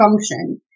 function